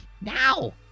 now